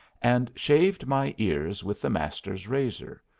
and shaved my ears with the master's razor,